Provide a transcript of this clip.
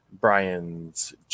Brian's